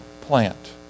plant